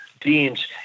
deans